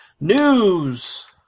News